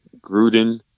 gruden